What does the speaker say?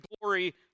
glory